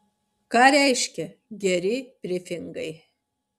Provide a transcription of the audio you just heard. ką reiškia geri brifingai